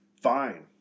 fine